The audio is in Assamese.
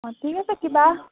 অঁ ঠিক আছে কিবা